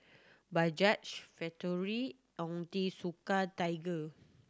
Bajaj Factorie Onitsuka Tiger